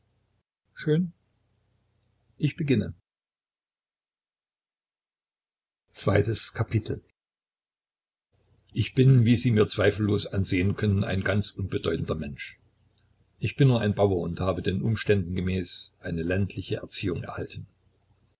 schön ich beginne zweites kapitel ich bin wie sie mir zweifellos ansehen können ein ganz unbedeutender mensch ich bin nur ein bauer und habe den umständen gemäß eine ländliche erziehung erhalten